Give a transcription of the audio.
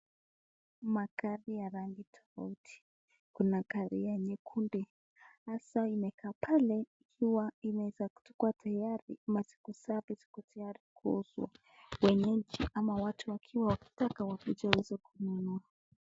Magari ya rangi tofauti, kuna gari ya nyekundu haswa imekaa pale, huwa inaweza kuwa iko tayari kusafirishwa kuuzwa kwenye nchi ama watu wakiwa wakitaka wakuje waweze kununua.